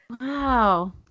Wow